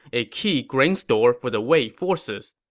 a key grain store for the wei forces.